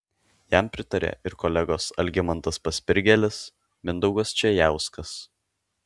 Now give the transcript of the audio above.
jam pritarė ir kolegos algimantas paspirgėlis mindaugas čėjauskas